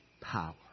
power